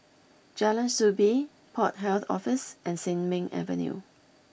Jalan Soo Bee Port Health Office and Sin Ming Avenue